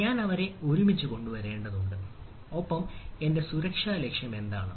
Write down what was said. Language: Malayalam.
ഞാൻ അവരെ ഒരുമിച്ച് കൊണ്ടുവരേണ്ടതുണ്ട് ഒപ്പം എന്റെ സുരക്ഷാ ലക്ഷ്യം എന്താണ്